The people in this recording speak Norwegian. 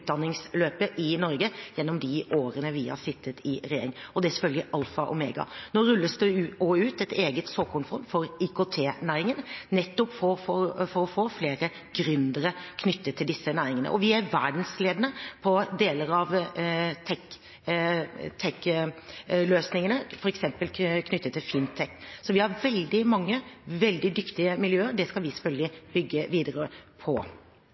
i Norge gjennom de årene vi har sittet i regjering, og det er selvfølgelig alfa og omega. Det rulles også ut et eget såkornfond for IKT-næringen, nettopp for å få flere gründere knyttet til denne næringen. Vi er verdensledende på deler av tech-løsningene, f.eks. knyttet til Finntech. Vi har veldig mange veldig dyktige miljøer. Det skal vi selvfølgelig bygge videre på.